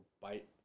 bite